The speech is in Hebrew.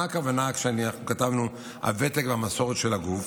למה הכוונה כשאנחנו כתבנו "הוותק והמסורת של הגוף"?